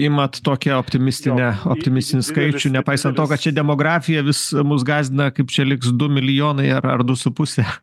imat tokią optimistinę optimistinių skaičių nepaisant to kad ši demografija vis mus gąsdina kaip čia liks du milijonai ar ar du su puse